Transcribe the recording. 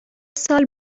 سال